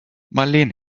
marleen